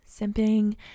simping